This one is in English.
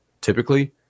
typically